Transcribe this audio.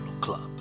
Club